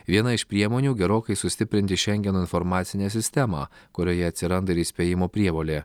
viena iš priemonių gerokai sustiprinti šengeno informacinę sistemą kurioje atsiranda ir įspėjimo prievolė